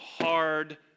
hard